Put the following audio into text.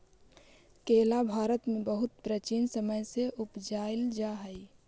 केला भारत में बहुत प्राचीन समय से उपजाईल जा हई